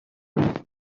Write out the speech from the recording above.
would